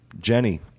Jenny